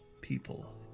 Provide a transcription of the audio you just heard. people